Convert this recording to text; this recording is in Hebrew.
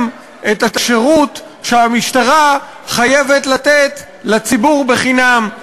את השירות שהמשטרה חייבת לתת לציבור בחינם.